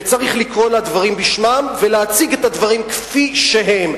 וצריך לקרוא לדברים בשמם ולהציג את הדברים כפי שהם.